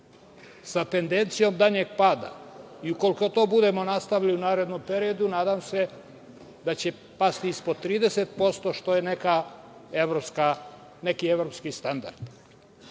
sa tendencijom daljeg pada. Ukoliko to budemo nastavili i u narednom periodu, nadam se da će pasti ispod 30%, što je neki evropski standard. Učešće